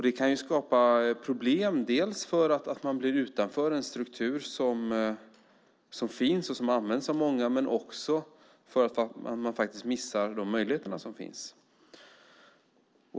Det kan skapa problem, dels för att man blir utanför en struktur som finns och som används av många, dels för att man missar de möjligheter som finns.